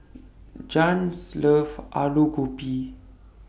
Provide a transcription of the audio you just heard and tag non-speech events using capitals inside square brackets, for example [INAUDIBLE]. [NOISE] Jann's loves Alu Gobi